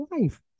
life